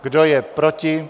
Kdo je proti?